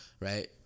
right